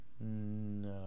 No